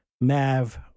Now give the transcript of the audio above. Mav